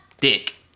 Dick